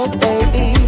baby